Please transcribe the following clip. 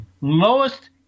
Lowest